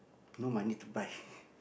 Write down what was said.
no money to buy